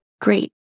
Great